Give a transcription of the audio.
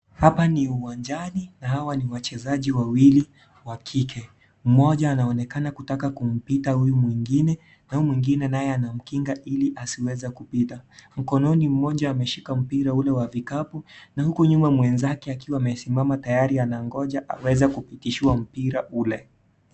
Hapa ni uwanjani na hawa ni wachezaji wawili wa kike mmoja anaonekana kutaka kumpita huyu mwingine na huyu mwingine naye anamkinga hili asiweze kupita mkononi moja ameshika mpira ule wa vikapu na huku nyuma mwenzake akiwa amesimama tayari anangoja aweze kupitishiwa mpira ule.